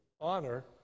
honor